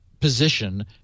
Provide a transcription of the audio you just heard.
position